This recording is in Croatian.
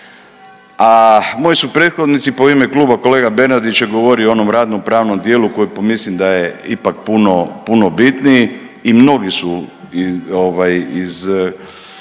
A moji su prethodnici pa u ime kluba kolega Bernardić je govorio o onom radno pravnom dijelu koji mislim da je ipak puno, puno bitniji i mnogi su ovaj